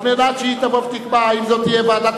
על מנת שהיא תקבע האם זאת תהיה ועדת